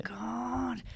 God